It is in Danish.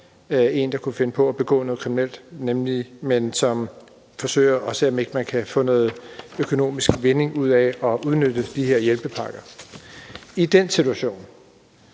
nogen, der kunne finde på at begå noget kriminelt, men som forsøger at se, om ikke man kan få noget økonomisk vinding ud af at udnytte de her hjælpepakker. I den situation